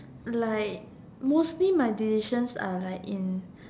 like mostly my decisions are like in